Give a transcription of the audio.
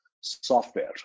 software